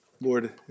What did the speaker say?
Lord